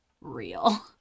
real